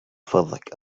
فضلك